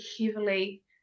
heavily